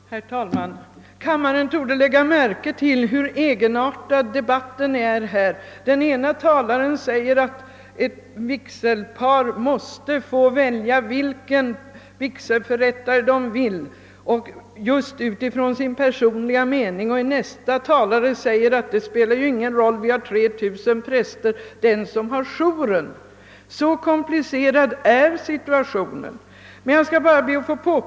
Herr talman! Kammaren torde lägga märke till, hur egenartad debatten är. Den ene talaren säger, att ett brudpar måste få välja vilken vigselförrättare de vill ha utifrån sin personliga mening, och näste talare säger, att vi har 3 000 präster och att vigselpar får vigas av den, som har jour.